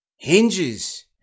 hinges